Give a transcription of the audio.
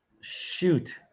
Shoot